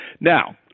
Now